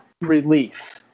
relief